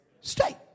state